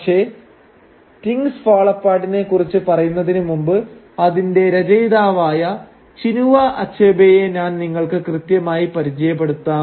പക്ഷെ 'things fall അപ്പാർട്ടിനെ' കുറിച്ച് പറയുന്നതിന് മുമ്പ് അതിന്റെ രചയിതാവായ ചിനുവ അച്ഛബേയെ ഞാൻ നിങ്ങൾക്ക് കൃത്യമായി പരിചയപ്പെടുത്താം